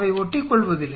அவை ஒட்டிக்கொள்வதில்லை